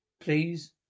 Please